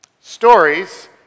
Stories